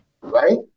Right